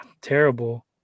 terrible